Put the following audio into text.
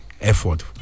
effort